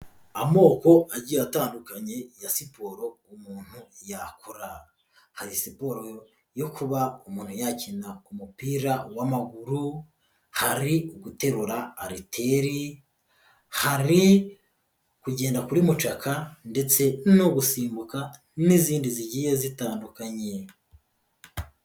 Amoko agira atandukanye ya siporo umuntu yakora, hari siporo yo kuba umuntu yakina umupira w'amaguru, hari uguterura ariteri, hari kugenda kuri mucaka ndetse no gusimbuka n'izindi zigiye zitandukanye.